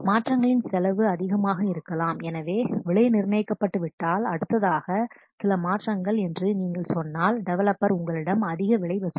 மாற்றங்களின் செலவு அதிகமாக இருக்கலாம் எனவே விலை நிர்ணயிக்கப்பட்டுவிட்டால் அடுத்ததாக சில மாற்றங்கள் என்று நீங்கள் சொன்னால் டெவலப்பர் உங்களிடம் அதிக விலை வசூலிப்பார்